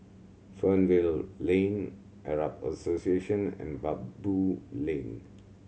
Fernvale Lane Arab Association and Baboo Lane